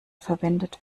verwendet